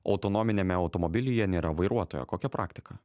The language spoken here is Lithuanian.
autonominiame automobilyje nėra vairuotojo kokia praktika